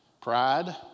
pride